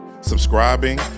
subscribing